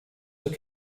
were